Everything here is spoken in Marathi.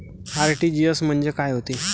आर.टी.जी.एस म्हंजे काय होते?